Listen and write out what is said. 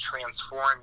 transform